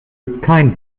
kein